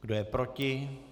Kdo je proti?